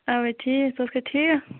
اوے ٹھیٖک ژٕ ٲسکھا ٹھیٖک